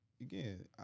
again